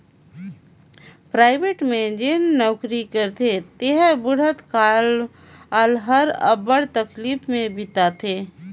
private में जेन नउकरी करथे तेकर बुढ़त काल हर अब्बड़ तकलीफ में बीतथे